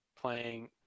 playing